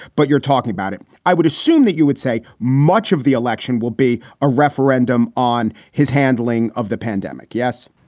but you're talking about it. i would assume that you would say much of the election will be a referendum on his handling of the pandemic yes,